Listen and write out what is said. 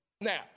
Now